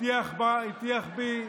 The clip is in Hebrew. הטיח בי